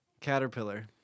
Caterpillar